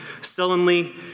sullenly